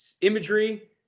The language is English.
imagery